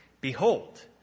behold